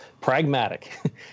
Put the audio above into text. pragmatic